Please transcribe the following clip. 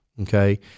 Okay